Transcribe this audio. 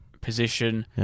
position